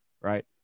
right